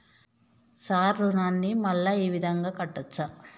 Sir రుణాన్ని మళ్ళా ఈ విధంగా కట్టచ్చా?